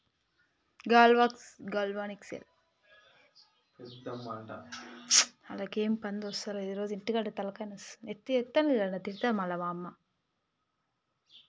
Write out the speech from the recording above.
ఇ commerce ప్లాట్ఫారమ్లు పూర్తిగా సురక్షితంగా ఉన్నయా?